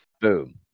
Boom